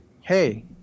Hey